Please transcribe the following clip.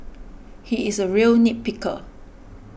he is a real nit picker